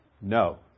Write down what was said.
No